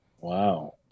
Wow